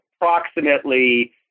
approximately